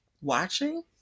watching